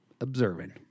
observing